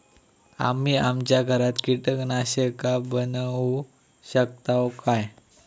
आम्ही आमच्या घरात कीटकनाशका बनवू शकताव काय?